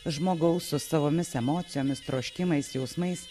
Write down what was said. žmogaus su savomis emocijomis troškimais jausmais